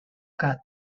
cat